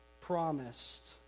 promised